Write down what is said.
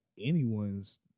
anyone's